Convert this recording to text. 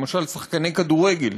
למשל שחקני כדורגל,